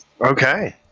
Okay